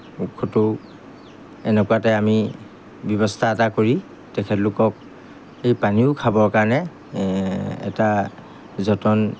এনেকুৱাতে আমি ব্যৱস্থা এটা কৰি তেখেতলোকক এই পানীও খাবৰ কাৰণে এটা যতন